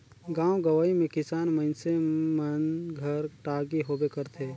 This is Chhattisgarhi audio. गाँव गंवई मे किसान मइनसे मन घर टागी होबे करथे